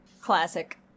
Classic